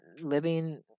living